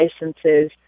licenses